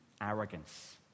arrogance